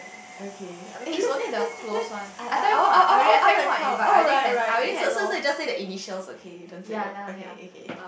okay eh let's let's let I I I I want I want I want to count alright alright okay so so so you just say the initials okay you don't say the okay okay